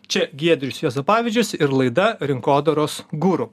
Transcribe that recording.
čia giedrius juozapavičius ir laida rinkodaros guru